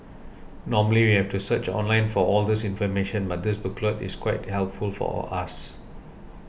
normally we have to search online for all this information but this booklet is quite helpful for us